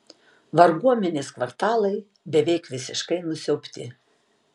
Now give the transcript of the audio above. varguomenės kvartalai beveik visiškai nusiaubti